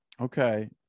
Okay